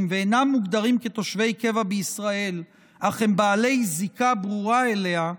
ואינם מוגדרים כתושבי קבע בישראל אך הם בעלי זיקה ברורה אליה,